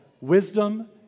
Wisdom